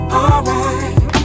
alright